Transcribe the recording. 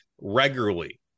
regularly